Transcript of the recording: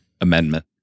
amendment